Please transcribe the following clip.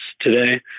Today